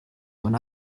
when